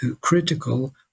critical